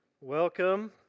Welcome